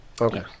okay